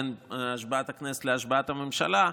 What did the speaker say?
בין השבעת הכנסת להשבעת הממשלה.